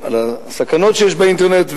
על הסכנות שיש באינטרנט,